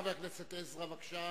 חבר הכנסת עזרא, בבקשה.